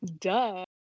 duh